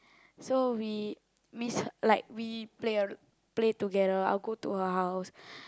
so we miss like we play together I will go to her house